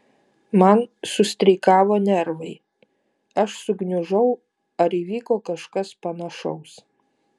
man sustreikavo nervai aš sugniužau ar įvyko kažkas panašaus